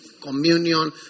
communion